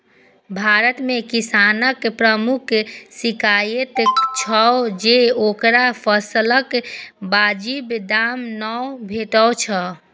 भारत मे किसानक प्रमुख शिकाइत छै जे ओकरा फसलक वाजिब दाम नै भेटै छै